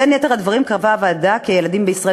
בין יתר הדברים קבעה הוועדה כי הילדים בישראל